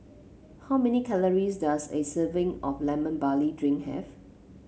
how many calories does a serving of Lemon Barley Drink have